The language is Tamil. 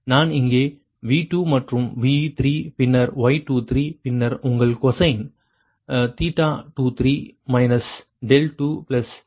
நான் இங்கே V2 மற்றும் V3 பின்னர் Y23 பின்னர் உங்கள் கொசைன் 23 23 எழுதுகிறேன்